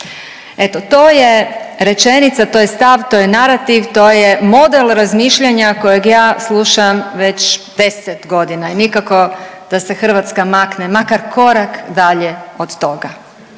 Eto to je rečenica, to je stav, to je narativ, to je model razmišljanja kojega ja slušam već 10 godina i nikako da se Hrvatska makne makar korak dalje od toga.